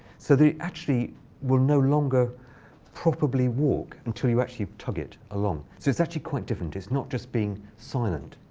so they actually will no longer probably walk until you actually tug it along. so it's actually quite different. it's not just being silent.